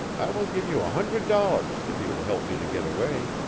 i will give you a hundred dollars, if you will help me to get away.